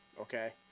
Okay